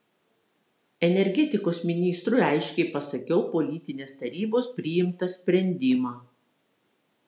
energetikos ministrui aiškiai pasakiau politinės tarybos priimtą sprendimą